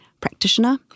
practitioner